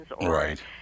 Right